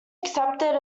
accepted